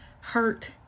hurt